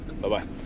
Bye-bye